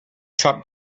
chopped